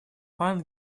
пан